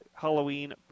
Halloween